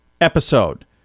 episode